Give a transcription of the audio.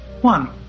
One